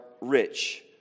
rich